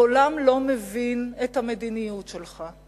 העולם לא מבין את המדיניות שלך.